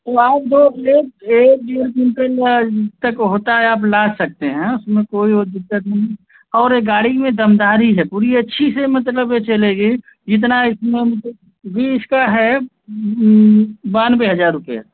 तो आप जो रेट रेट जो तक होता है आप ला सकते हैं उसमें कोई वो दिक्कत नहीं और ये गाड़ी में दमदारी है पूरी अच्छी से मतलब ये चलेगी जितना इसमें मतलब जी इसका है बानबे हजार रुपया